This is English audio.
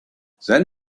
then